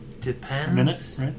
Depends